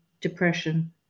depression